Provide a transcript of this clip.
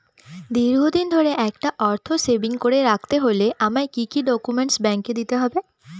দীর্ঘদিন ধরে একটা অর্থ সেভিংস করে রাখতে হলে আমায় কি কি ডক্যুমেন্ট ব্যাংকে দিতে হবে?